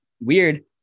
weird